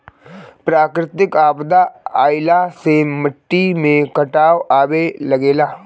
प्राकृतिक आपदा आइला से माटी में कटाव आवे लागेला